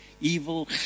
evil